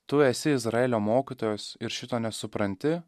tu esi izraelio mokytojas ir šito nesupranti